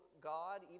God